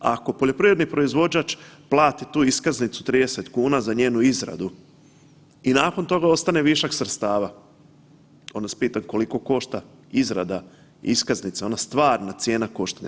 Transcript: Ako poljoprivredni proizvođač plati tu iskaznicu 30 kuna za njenu izradu i nakon toga ostane višak sredstava onda vas pitam koliko košta izrada iskaznica, ona stvarna cijena koštanja.